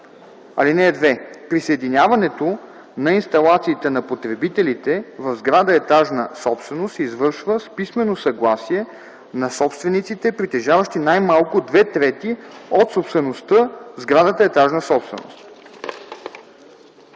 „(2) Присъединяването на инсталациите на потребителите в сграда – етажна собственост, се извършва с писмено съгласие на собствениците, притежаващи най-малко две трети от собствеността в сградата – етажна собственост.”